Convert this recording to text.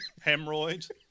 Hemorrhoids